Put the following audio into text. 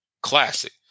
classic